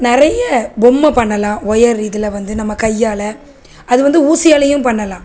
நிறைய பொம்மை பண்ணலாம் ஒயரு இதில் வந்து நம்ம கையால் அது வந்து ஊசியாலையும் பண்ணலாம்